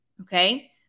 Okay